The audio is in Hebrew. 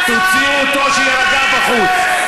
תוציאו אותו, שיירגע בחוץ.